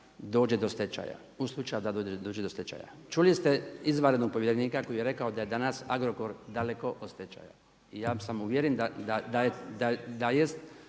prioritet u slučaju da dođe do stečaja. Čuli ste izvanrednog povjerenika koji je rekao da je danas Agrokor daleko od stečaja. I ja sam uvjeren da jest